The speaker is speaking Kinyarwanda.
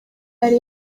yari